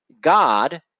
God